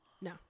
no